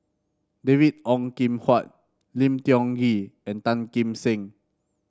David Ong Kim Huat Lim Tiong Ghee and Tan Kim Seng